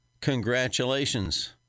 Congratulations